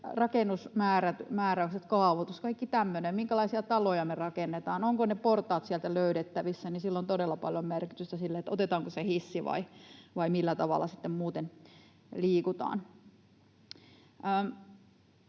rakennusmääräyksillä, kaavoituksella, kaikella tämmöisellä — minkälaisia taloja me rakennetaan, ovatko ne portaat sieltä löydettävissä — on todella paljon merkitystä sille, otetaanko se hissi vai millä tavalla sitten muuten liikutaan.